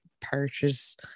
purchase